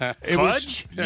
Fudge